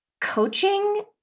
coaching